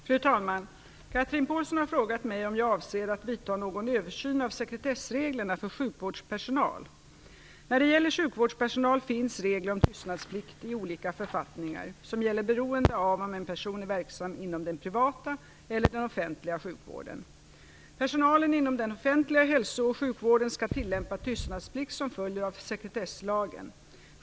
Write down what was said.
Fru talman! Chatrine Pålsson har frågat mig om jag avser att vidta någon översyn av sekretessreglerna för sjukvårdspersonal. När det gäller sjukvårdspersonal finns regler om tystnadsplikt i olika författningar, som gäller beroende av om en person är verksam inom den privata eller den offentliga sjukvården. Personalen inom den offentliga hälso och sjukvården skall tillämpa tystnadsplikt som följer av sekretesslagen .